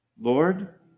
Lord